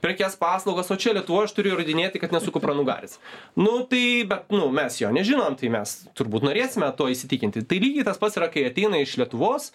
prekes paslaugas o čia lietuvoj aš turiu įrodinėti kad nesu kupranugaris nu tai bet nu mes jo nežinom tai mes turbūt norėsime tuo įsitikinti tai lygiai tas pats yra kai ateina iš lietuvos